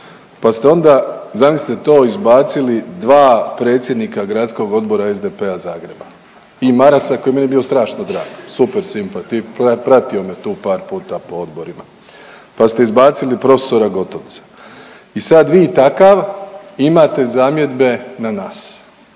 Pa ste onda, zamisli to izbacili dva predsjednika gradskog odbora SDP-a Zagreba i Marasa koji je meni bio strašno drag, super simpa tip, pratio me tu par puta po odborima, pa ste izbacili prof. Gotovca. I sad vi takav imate zamjedbe na nas